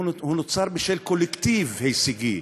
הוא נוצר בשל קולקטיב הישגי,